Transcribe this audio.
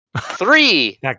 Three